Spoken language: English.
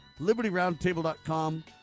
LibertyRoundtable.com